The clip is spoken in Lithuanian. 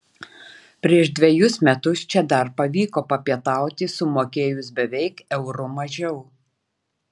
prieš dvejus metus čia dar pavyko papietauti sumokėjus beveik euru mažiau